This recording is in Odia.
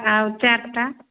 ଆଉ ଚାଟ୍ଟା